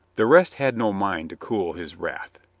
the rest had no mind to cool his wrath.